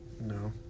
No